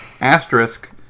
Asterisk